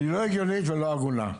היא לא החלטה הגיונית ולא הגונה.